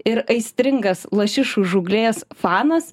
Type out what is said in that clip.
ir aistringas lašišų žūklės fanas